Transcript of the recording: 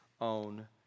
own